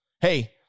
hey